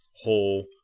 whole